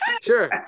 Sure